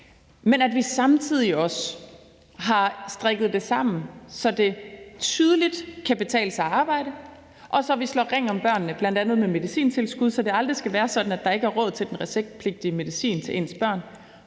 Men vi har samtidig også strikket det sammen, så det tydeligt kan betale sig at arbejde, og så vi slår ring om børnene, bl.a. med medicintilskud, så det aldrig skal være sådan, at der ikke er råd til den receptpligtige medicin til ens børn,